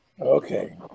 Okay